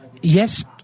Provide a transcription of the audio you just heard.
Yes